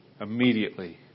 immediately